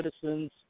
citizens